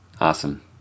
Awesome